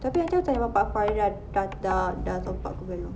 tapi nanti aku tanya bapa aku dia sudah sudah sudah sudah top up ke belum